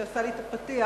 שעשה לי את הפתיח